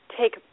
take